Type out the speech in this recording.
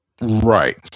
right